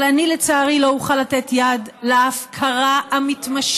אבל אני, לצערי, לא אוכל לתת יד להפקרה המתמשכת